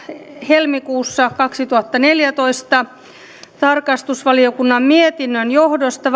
helmikuussa kaksituhattaneljätoista tarkastusvaliokunnan mietinnön johdosta